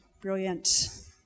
brilliant